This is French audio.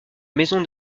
maison